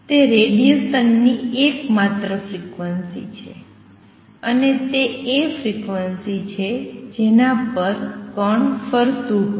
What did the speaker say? તે રેડીએશન ની એક માત્ર ફ્રિક્વન્સી છે અને તે એ ફ્રિક્વન્સી છે જેના પર કણ ફરતું હોય છે